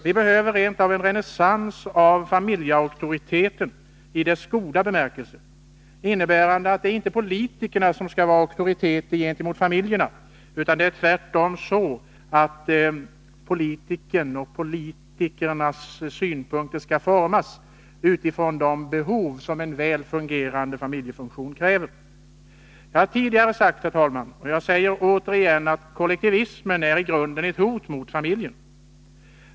Vi behöver rent av en renässans av familjeauktoriteten i dess goda bemärkelse, innebärande att det inte är politikerna som skall vara auktoriteter gentemot familjerna, utan tvärtom politiken som skall formas utifrån de behov som en väl fungerande familjefunktion kräver. Herr talman! Jag har tidigare sagt — och jag säger det återigen — att kollektivismen i grunden är ett hot mot familjen.